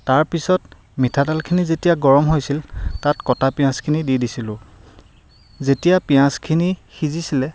তাৰপিছত মিঠাতেলখিনি যেতিয়া গৰম হৈছিল তাত কটা পিয়াঁজখিনি দি দিছিলোঁ যেতিয়া পিয়াঁজখিনি সিজিছিলে